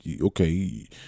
Okay